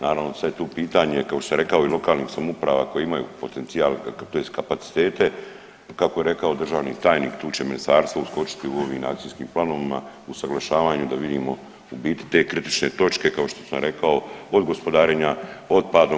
Naravno sad je tu pitanje kao što sam rekao i lokalnih samouprava koje imaju potencijal tj. kapacitete kako je rekao državni tajnik tu će ministarstvo uskočiti u ovim akcijskim planovima, usuglašavanju da vidimo u biti te kritične točke kao što sam rekao od gospodarenja otpadom.